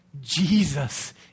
Jesus